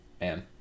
man